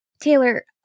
Taylor